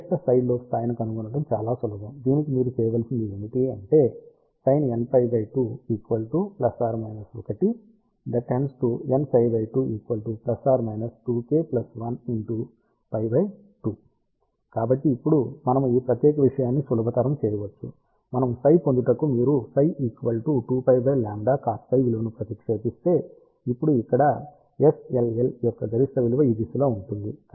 గరిష్ట side lobe స్థాయిని కనుగొనడం చాలా సులభం దీనికి మీరు చేయవలసింది ఏమిటంటే కాబట్టి ఇప్పుడు మనము ఈ ప్రత్యేక విషయాన్ని సులభతరం చేయవచ్చు మనము ψ పొందుటకు మీరు ψ 2πdλ cosφ విలువను ప్రతిక్షేపిస్తే ఇప్పుడు ఇక్కడ SLL యొక్క గరిష్ట విలువ ఈ దిశలో ఉంటుంది